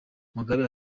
mugabe